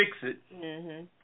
Fix-It